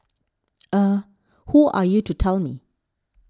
eh who are you to tell me